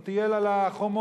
הוא טייל על החומות,